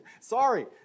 Sorry